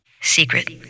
secret